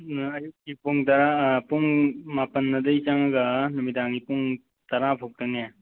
ꯑꯌꯨꯛꯀꯤ ꯄꯨꯡ ꯇꯔꯥ ꯄꯨꯡ ꯃꯥꯄꯟ ꯑꯗꯩ ꯆꯪꯉꯒ ꯅꯨꯃꯤꯗꯥꯡꯒꯤ ꯄꯨꯡ ꯇꯔꯥ ꯐꯥꯎꯇꯅꯦ